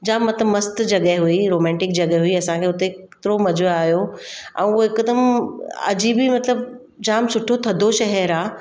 जाम मतिलबु मस्तु जॻहि हुई रोमेंटिक जॻहि हुई असांखे उते एतिरो मज़ो आहियो ऐं उहा हिकदमि अजीब ई मतिलबु जाम सुठो थधो शहर आहे